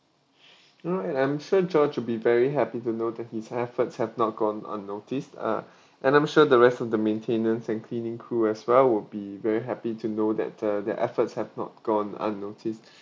you know and I'm sure george will be very happy to know that his efforts have not gone unnoticed ah and I'm sure the rest of the maintenance and cleaning crew as well would be very happy to know that the their efforts have not gone unnoticed